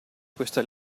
questa